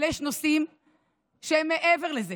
אבל יש נושאים שהם מעבר לזה,